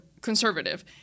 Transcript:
conservative